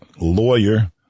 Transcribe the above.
lawyer